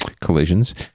collisions